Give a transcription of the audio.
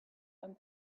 and